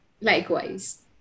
likewise